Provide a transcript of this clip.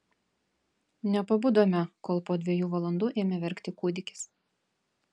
nepabudome kol po dviejų valandų ėmė verkti kūdikis